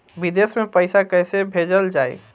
विदेश में पईसा कैसे भेजल जाई?